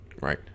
Right